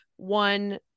one